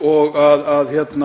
máli. Ég